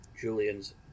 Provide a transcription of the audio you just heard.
Julian's